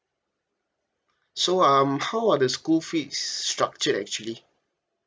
so um how are the school fees structured actually